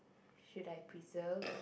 should I preserve